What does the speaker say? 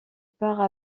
part